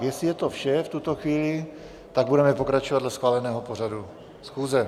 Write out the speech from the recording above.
Jestli je to vše v tuto chvíli, tak budeme pokračovat dle schváleného pořadu schůze.